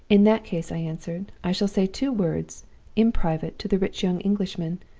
in that case i answered, i shall say two words in private to the rich young englishman,